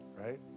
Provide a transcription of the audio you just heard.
right